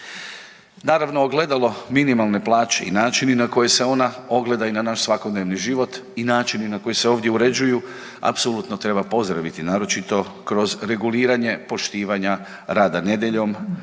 Naravno ogledalo minimalne plaće i načini na koje se ona ogleda i naš svakodnevni život i načini na koji se ovdje uređuju apsolutno treba pozdraviti naročito kroz reguliranje poštivanja rada nedjeljom,